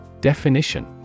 definition